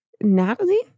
Natalie